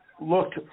looked